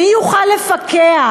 מי יוכל לפקח?